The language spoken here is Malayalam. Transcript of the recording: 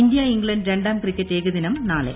ഇന്ത്യ ഇംഗ്ലണ്ട് രണ്ടാം ക്രിക്കറ്റ് ഏകദിനം നാളെ